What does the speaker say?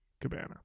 cabana